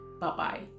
Bye-bye